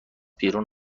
بیرون